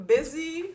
Busy